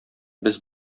без